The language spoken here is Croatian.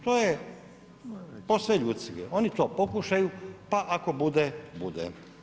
To je posve ljudski, oni to pokušaju pa ako bude, bude.